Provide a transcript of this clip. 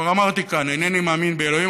כבר אמרתי כאן: אינני מאמין באלוהים,